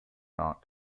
not